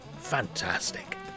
Fantastic